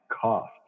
cost